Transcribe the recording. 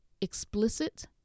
explicit